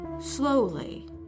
slowly